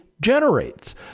generates